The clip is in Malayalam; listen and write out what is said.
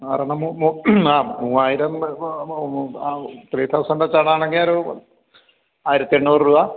ആറെണ്ണം ആ മൂവായിരം ത്രീ തൗസൻഡ് വെച്ചതാണെങ്കിൽ ഒരു ആയിരത്തെണ്ണൂറ് രൂപ